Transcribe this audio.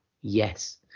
yes